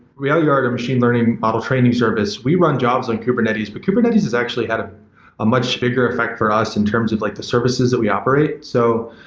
railyard, a machine learning model training service, we run jobs on kubernetes, but kubernetes is actually at ah a much bigger effect for us in terms of like the services that we operate. so,